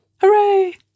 Hooray